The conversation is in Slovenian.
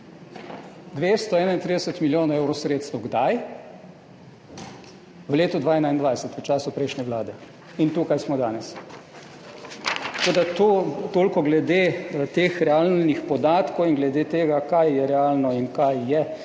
231 milijonov evrov sredstev. Kdaj? V letu 2021, v času prejšnje vlade. Tukaj smo danes. Toliko glede teh realnih podatkov in glede tega, kaj je realno in kaj ni